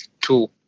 two